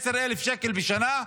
10,000 שקל בשנה,